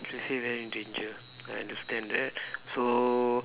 you should say very danger I understand that so